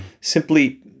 simply